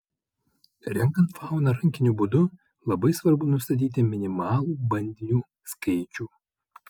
renkant fauną rankiniu būdu labai svarbu nustatyti minimalų bandinių skaičių